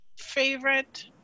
favorite